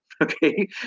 Okay